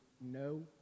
no